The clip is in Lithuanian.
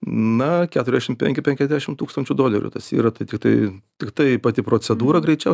na keturiasdešim penki penkiasdešim tūkstančių dolerių tas yra tai tiktai tiktai pati procedūra greičiau